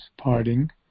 parting